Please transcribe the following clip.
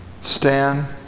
Stan